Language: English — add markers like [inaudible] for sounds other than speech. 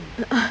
[breath]